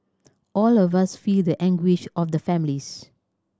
all of us feel the anguish of the families